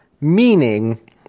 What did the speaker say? meaning